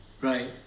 right